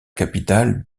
capitale